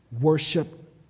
worship